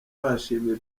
bashimiye